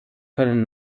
können